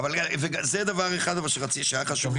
זה דבר אחד שהיה חשוב לי להגיד.